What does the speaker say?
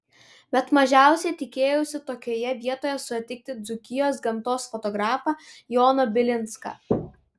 bet mažiausiai tikėjausi tokioje vietoje sutikti dzūkijos gamtos fotografą joną bilinską